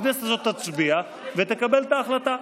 הכנסת הזאת תצביע ותקבל את ההחלטה.